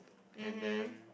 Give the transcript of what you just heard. and then